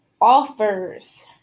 Offers